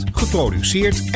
geproduceerd